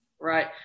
Right